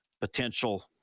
potential